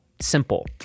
Simple